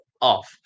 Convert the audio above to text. off